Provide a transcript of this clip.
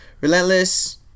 Relentless